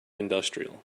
industrial